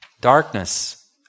Darkness